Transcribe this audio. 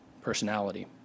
personality